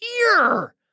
ear